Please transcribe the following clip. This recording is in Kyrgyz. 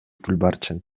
гүлбарчын